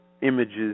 images